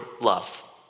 love